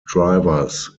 drivers